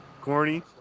Corny